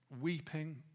weeping